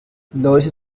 läuse